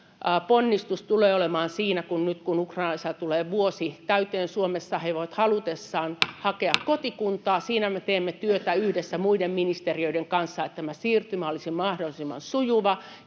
ponnistus tulee olemaan siinä, kun nyt ukrainalaisilla tulee vuosi täyteen Suomessa. He voivat halutessaan hakea kotikuntaa. Siinä me teemme työtä yhdessä muiden ministeriöiden kanssa, että tämä siirtymä olisi mahdollisimman sujuva,